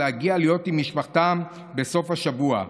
להיות עם משפחתם בסוף השבוע.